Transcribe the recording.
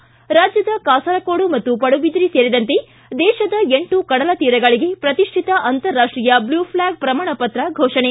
ಿ ರಾಜ್ದದ ಕಾಸರಕೋಡು ಮತ್ತು ಪಡುವಿದ್ರಿ ಸೇರಿದಂತೆ ದೇಶದ ಎಂಟು ಕಡಲ ತೀರಗಳಿಗೆ ಪ್ರತಿಷ್ಠಿತ ಅಂತಾರಾಷ್ಷೀಯ ಬ್ಲ್ಯೂ ಫ್ಲ್ಯಾಗ್ ಪ್ರಮಾಣಪತ್ರ ಘೋಷಣೆ